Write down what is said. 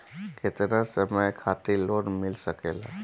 केतना समय खातिर लोन मिल सकेला?